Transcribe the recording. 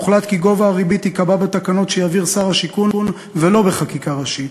הוחלט כי גובה הריבית ייקבע בתקנות שיעביר שר השיכון ולא בחקיקה ראשית,